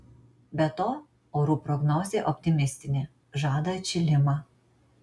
be to orų prognozė optimistinė žada atšilimą